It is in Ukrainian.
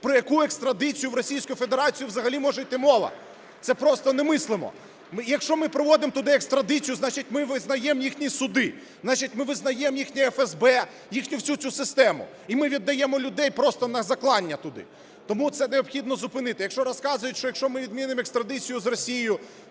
Про яку екстрадицію в Російську Федерацію взагалі може йти мова? Це просто немислимо. Якщо ми проводимо туди екстрадицію, значить, ми визнаємо їхні суди, значить ми визнаємо їхнє ФСБ, їхню всю цю систему. І ми віддаємо людей просто на заклання туди, тому це необхідно зупинити. Якщо розказують, що, якщо ми відмінимо екстрадицію з Росії,